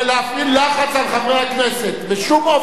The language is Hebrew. לחץ על חברי הכנסת בשום אופן.